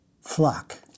flock